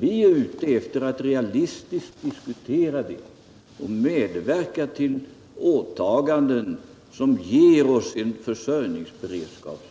Vi är ute efter att realistiskt diskutera detta och att medverka till åtaganden som ger oss en rimlig försörjningsberedskap.